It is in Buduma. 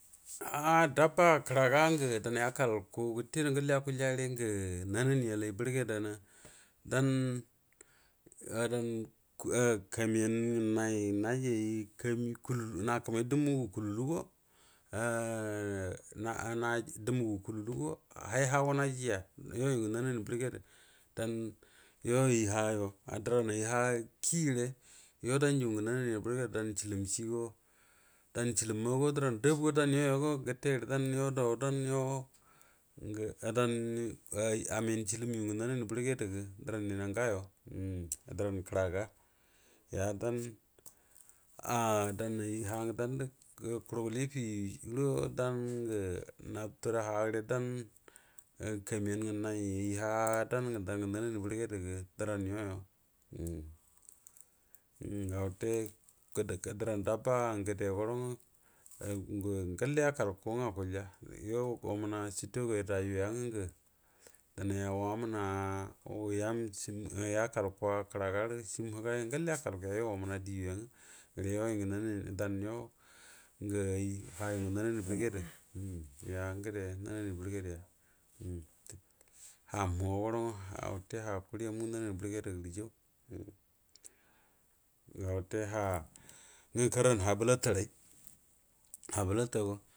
Ah ɗabba kəraga ngə danay yakal burgedəma dan, a dan kami an ngannay ngə naji ay kami naka may dumu gə kululu go, dumu gə kululu hay ha go naji ya you təgə nanani burgedəy dan ay ha yo doran ay ha dəran ay ha kiyi gərə, danjuri gə nar na nied burgeda dan sələm ciɛ go, dan cəlem go dabu ga dan you yp go gətə gəre, dan ya dou dan yo gə dan gə ay amayar cəlɛm yungə nanani burg ɗoran ninna gawo daran kiraga ya dan, dan ay ha, dan hango dan da kurguli yəfi yugudo dan gə nabterə hu gəre dan kami an mannay ay ha dan, dan gə na n ani burgedaga drran yiyi uhmm ga wate drran dabba grde guəro go ngə galley a kal kurngr akueija wamana tiktok ayyuya ngwə denay waməna denay yakaal juna kəraga rə siem hrgy ngalle yukal kurya gare yo dan ayy ha yungu nanani burge da um gəa gəde nanani burge daya, am ha mhugurro gwo wate hakuri mu nanani burge do re jau ga wata ha ngwə karran ha bəlaray